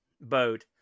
boat